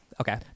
okay